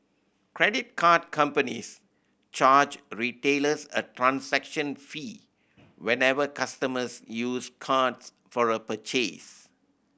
credit card companies charge retailers a transaction fee whenever customers use cards for a purchase